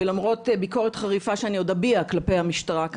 ולמרות ביקורת חריפה שאני עוד אביע כאן כלפי המשטרה,